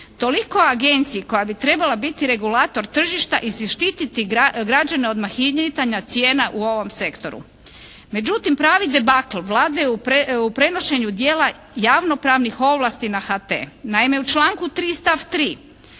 toliko o agenciji koja bi trebala biti regulator tržišta i zaštiti građane od mahnitanja cijena u ovom sektoru. Međutim pravi debakl Vlada je u prenošenju dijela javnopravnih ovlasti na HT. Naime u članku 3.